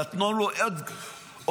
נתנו לו אות גבורה,